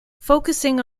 focusing